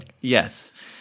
Yes